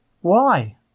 Why